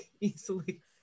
easily